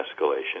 escalation